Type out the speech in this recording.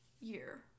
year